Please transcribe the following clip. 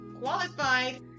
qualified